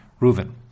Reuven